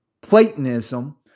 Platonism